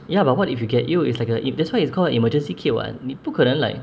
ya but what if you get ill is like a if that's why it's called a emergency kit [what] 你不可能 like